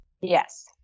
Yes